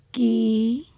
ਕੀ